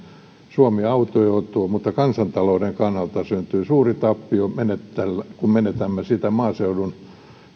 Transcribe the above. suomi autioituu mutta kansantalouden kannalta syntyy suuri tappio kun menetämme maaseudun